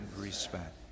respect